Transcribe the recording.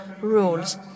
rules